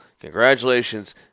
congratulations